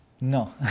No